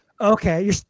Okay